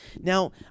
Now